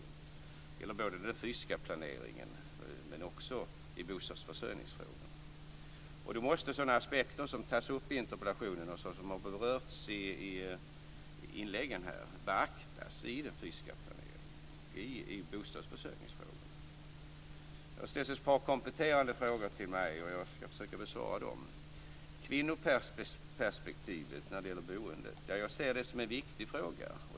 Det gäller både den fysiska planeringen och bostadsförsörjningsfrågorna. Då måste sådana aspekter som tas upp i interpellationen och som har berörts i inläggen här också beaktas i den fysiska planeringen och bostadsförsörjningsfrågorna. Det har ställts ett par kompletterande frågor till mig, och jag ska försöka bevara dem. Kvinnoperspektivet när det gäller boendet ser jag som en viktig fråga.